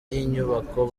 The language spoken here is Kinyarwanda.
y’inyubako